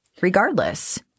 regardless